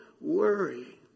worry